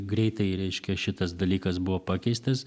greitai reiškia šitas dalykas buvo pakeistas